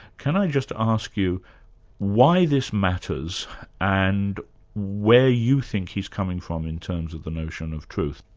can i just ask you why this matters and where you think he's coming from in terms of the notion of truth.